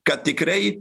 kad tikrai